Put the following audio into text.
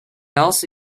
also